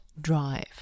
drive